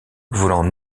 voulant